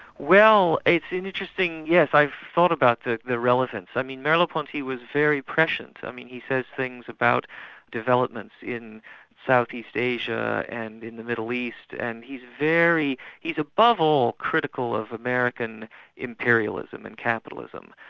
well it's interesting. yes, i've thought about the the relevance. i mean, merleau-ponty was very prescient. i mean, he says things about developments in south east asia and in the middle east, and he's very he's above all critical of american imperialism and capitalism.